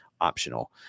optional